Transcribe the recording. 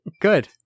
Good